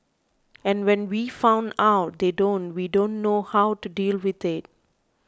and when we found out they don't we don't know how to deal with it